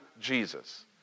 Jesus